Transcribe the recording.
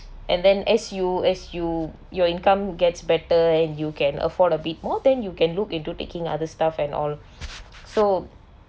and then as you as you your income gets better you can afford a bit more then you can look into taking other stuff and all so